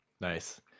nice